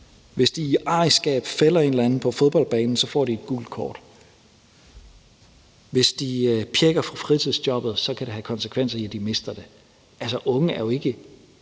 Hvis de i arrigskab fælder en eller anden på fodboldbanen, får de et gult kort. Hvis de pjækker fra fritidsjobbet, kan det have konsekvenser på den måde, at de mister det. Altså, unge lever jo ikke